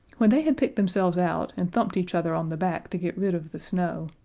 when they had picked themselves out and thumped each other on the back to get rid of the snow,